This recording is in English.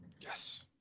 yes